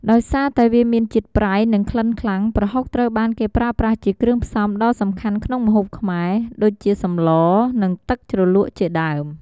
ដោយសារតែវាមានជាតិប្រៃ និងក្លិនខ្លាំង ប្រហុកត្រូវបានគេប្រើប្រាស់ជាគ្រឿងផ្សំដ៏សំខាន់ក្នុងម្ហូបខ្មែរ ដូចជាសម្ល និងទឹកជ្រលក់ជាដើម។